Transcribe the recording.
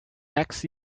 next